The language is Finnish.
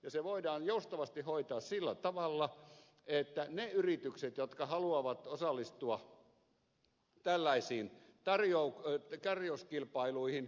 se voidaan joustavasti hoitaa sillä tavalla että ne yritykset jotka haluavat osallistua tällaisiin tarjouskilpailuihin